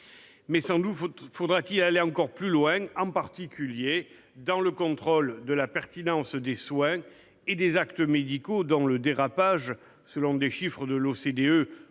Mais sans doute faudra-t-il aller encore plus loin, en particulier dans le contrôle de la pertinence des soins et des actes médicaux, dont le dérapage, selon des chiffres de l'OCDE,